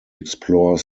explore